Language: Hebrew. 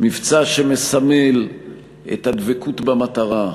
מבצע שמסמל את הדבקות במטרה,